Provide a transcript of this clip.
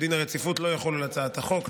שדין הרציפות לא יחול על הצעת החוק.